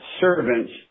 servants